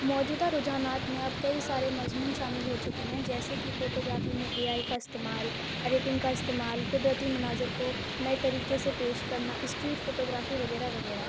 موجودہ رجحانات میں اب کئی سارے مضمون شامل ہو چکے ہیں جیسے کہ فوٹوگرافی میں اے آئی کا استعمال ایڈیٹنگ کا استعمال قدرتی مناظر کو نئے طریقے سے پیش کرنا اسٹریٹ فوٹوگرافی وغیرہ وغیرہ